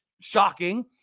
shocking